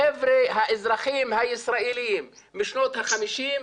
החבר'ה האזרחים הישראלים משנות ה-50',